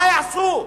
מה יעשו?